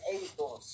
able